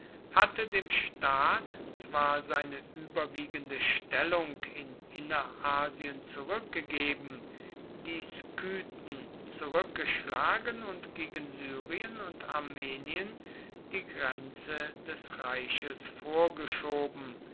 hatte dem staat zwar seine überwiegende stellung in innerasien zurückgegeben die skythen zurückgeschlagen und gegen syrien und armenien die grenze des reiches vorgeschoben